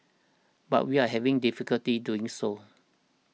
but we are having difficulty doing so